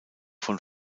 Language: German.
von